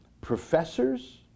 professors